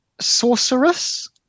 Sorceress